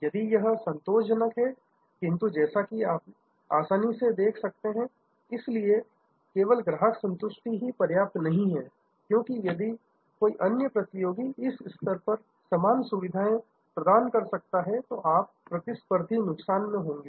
यदि यह संतोषजनक है किंतु जैसा कि आप आसानी से देख सकते हैं इसलिए केवल ग्राहक संतुष्टि ही पर्याप्त नहीं है क्योंकि यदि कोई अन्य प्रतियोगी इस स्तर पर समान सुविधाएं प्रदान कर सकता है तो आप प्रतिस्पर्धी नुकसान में होंगे